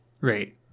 Right